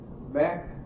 back